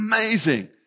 Amazing